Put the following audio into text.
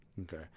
Okay